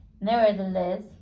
Nevertheless